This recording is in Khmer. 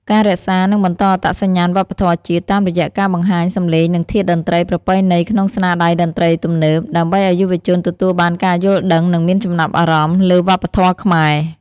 ការរក្សា និងបន្តអត្តសញ្ញាណវប្បធម៌ជាតិ តាមរយៈការបង្ហាញសំឡេងនិងធាតុតន្ត្រីប្រពៃណីក្នុងស្នាដៃតន្ត្រីទំនើប ដើម្បីឲ្យយុវជនទទួលបានការយល់ដឹង និងមានចំណាប់អារម្មណ៍ លើវប្បធម៌ខ្មែរ។